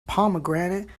pomegranate